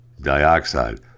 dioxide